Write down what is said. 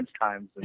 times